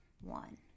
one